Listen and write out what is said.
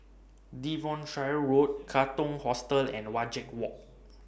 Devonshire Road Katong Hostel and Wajek Walk